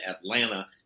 Atlanta